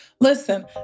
Listen